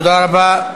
תודה רבה.